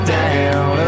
down